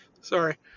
Sorry